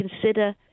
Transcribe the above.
consider